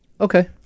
Okay